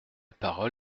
parole